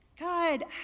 god